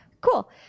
Cool